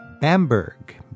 Bamberg